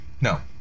No